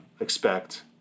expect